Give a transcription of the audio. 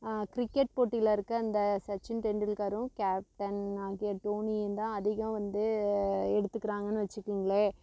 cricket போட்டியில் இருக்க இந்த சச்சின் டெண்டுல்கரும் கேப்டன் ஆகிய தோனியும் தான் அதிகம் வந்து எடுத்துக்கிறாங்கனு வெச்சுக்கங்களேன்